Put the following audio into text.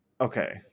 Okay